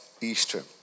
Easter